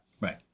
right